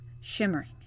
shimmering